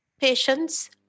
Patients